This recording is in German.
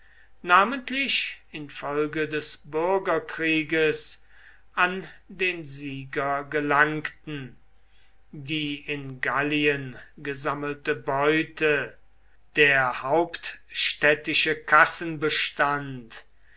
namentlich infolge des bürgerkrieges an den sieger gelangten die in gallien gesammelte beute der hauptstädtische kassenbestand